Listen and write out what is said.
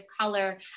color